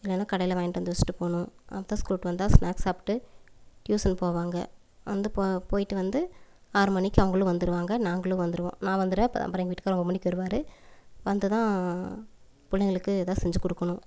இல்லைனா கடையில் வாங்கிட்டு வந்து வச்சுட்டு போகணும் அப்போதான் ஸ்கூல் விட்டு வந்தால் ஸ்னாக்ஸ் சாப்பிட்டு டியூஷன் போவாங்க வந்து போக போய்விட்டு வந்து ஆறு மணிக்கு அவங்களும் வந்துடுவாங்க நாங்களும் வந்துடுவோம் நான் வந்துடுவேன் அப் அப்புறம் எங்கள் வீட்டுக்காரர் ஒம்பது மணிக்கு வருவார் வந்துதான் பிள்ளைங்களுக்கு எதாவது செஞ்சு கொடுக்கணும்